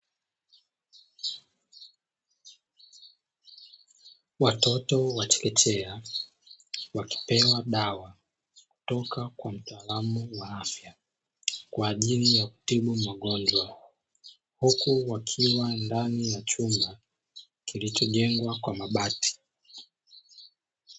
Watoto wa chekechekea wakipewa dawa kutoka kwa mtaalamu wa afya kwa ajili ya kutibu magonjwa, huku wakiwa ndani ya chumba kilichojengwa kwa mabati.